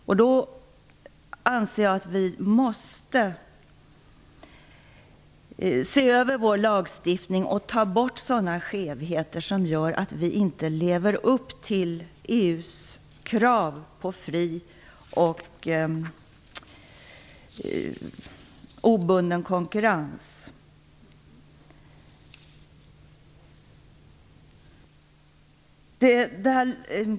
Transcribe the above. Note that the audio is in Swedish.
Därför anser jag att vi måste se över vår lagstiftning och ta bort sådana skevheter som gör att vi inte lever upp till EU:s krav på fri och obunden konkurrens.